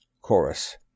Chorus